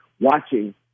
watching